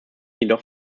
jedoch